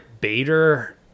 Bader